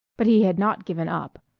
but he had not given up.